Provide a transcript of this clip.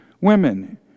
women